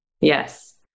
yes